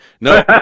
no